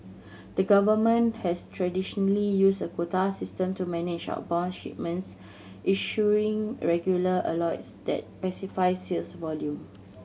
the government has traditionally used a quota system to manage outbound shipments issuing regular that specify sales volume